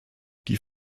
die